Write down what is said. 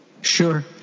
Sure